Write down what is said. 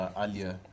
earlier